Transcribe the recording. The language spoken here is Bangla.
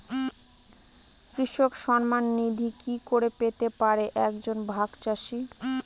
কৃষক সন্মান নিধি কি করে পেতে পারে এক জন ভাগ চাষি?